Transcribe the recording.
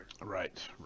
right